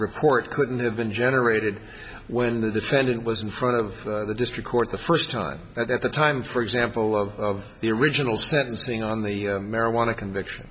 report couldn't have been generated when the defendant was in front of the district court the first time at the time for example of the original sentencing on the marijuana conviction